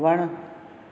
वणु